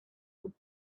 would